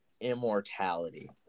immortality